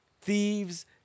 Thieves